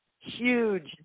huge